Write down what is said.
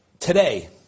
Today